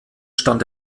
stand